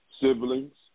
siblings